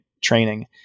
training